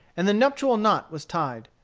and the nuptial knot was tied.